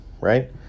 right